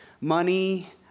money